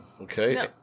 Okay